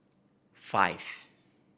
five